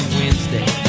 wednesday